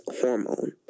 hormone